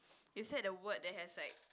you said a word that has like